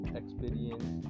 experience